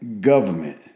government